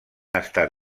estat